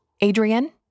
Adrian